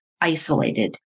isolated